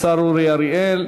השר אורי אריאל.